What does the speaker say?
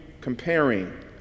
comparing